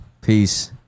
Peace